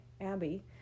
Abby